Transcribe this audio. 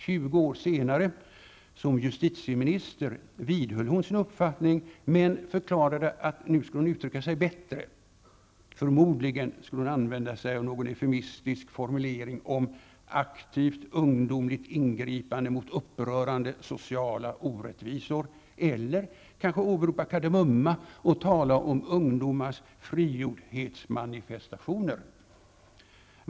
20 år senare, som justitieminister, vidhöll hon sin uppfattning men förklarade att hon nu skulle uttrycka sig bättre. Förmodligen skulle hon använda sig av någon eufemistisk formulering om aktivt ungdomligt ingripande mot upprörande sociala orättvisor eller kanske åberopa Kar de Mumma och tala om ungdomars frigjordhetsmanifestationer!